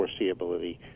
foreseeability